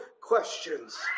questions